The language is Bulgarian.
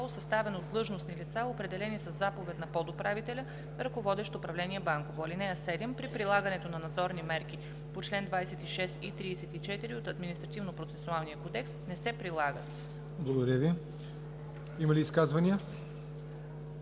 съставен от длъжностни лица, определени със заповед на подуправителя, ръководещ управление „Банково“. (7) При прилагането на надзорни мерки чл. 26 и 34 от Административнопроцесуалния кодекс не се прилагат.“ ПРЕДСЕДАТЕЛ ЯВОР НОТЕВ: Има ли изказвания?